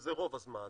וזה רוב הזמן,